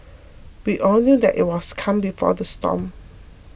we all knew that it was the calm before the storm